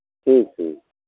ठीक ठीक